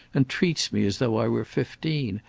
and treats me as though i were fifteen.